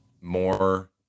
more